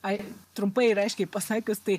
ai trumpai ir aiškiai pasakius tai